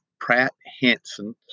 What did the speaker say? Pratt-Hanson